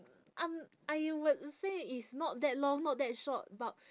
um I would say it's not that long not that short about